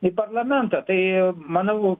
į parlamentą tai manau